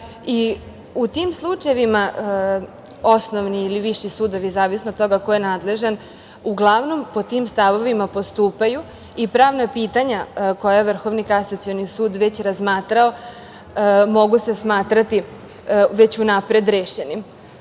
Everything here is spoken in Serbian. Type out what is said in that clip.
tim slučajevima osnovni ili viši sudovi, zavisno od toga ko je nadležan, uglavnom pod tim stavovima postupaju. Pravna pitanja koja je Vrhovni kasacioni sud već razmatrao mogu se smatrati već unapred rešenim,